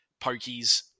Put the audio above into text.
pokies